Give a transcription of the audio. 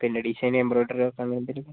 പിന്നെ അഡീഷണൽ എംബ്രോയ്ഡറിയോ